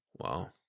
Wow